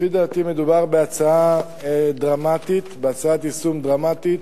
לפי דעתי, מדובר בהצעת יישום דרמטית,